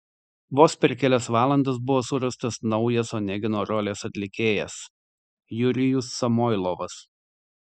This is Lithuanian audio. vos per kelias valandas buvo surastas naujas onegino rolės atlikėjas jurijus samoilovas